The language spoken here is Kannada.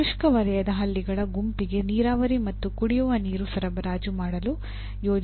ಶುಷ್ಕ ವಲಯದ ಹಳ್ಳಿಗಳ ಗುಂಪಿಗೆ ನೀರಾವರಿ ಮತ್ತು ಕುಡಿಯುವ ನೀರು ಸರಬರಾಜು ಮಾಡಲು ಯೋಜಿಸುವುದು ಸಮಸ್ಯೆಯಾಗಿದೆ